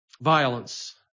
violence